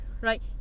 Right